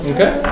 Okay